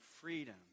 freedom